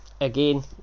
again